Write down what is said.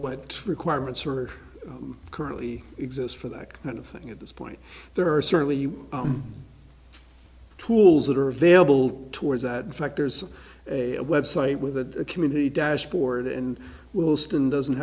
what requirements are currently exist for that kind of thing at this point there are certainly tools that are available towards that in fact there's a website with a community dashboard and wilson doesn't